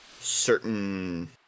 certain